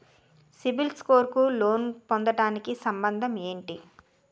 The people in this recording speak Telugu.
సిబిల్ స్కోర్ కు లోన్ పొందటానికి సంబంధం ఏంటి?